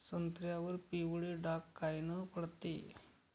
संत्र्यावर पिवळे डाग कायनं पडते?